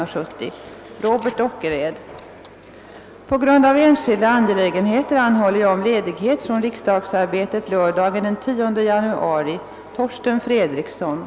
Härmed anhåller jag om ledighet från riksdagsarbetet under tiden den 12 och den 13 januari 1970 på grund av utlandsresa.